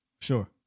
sure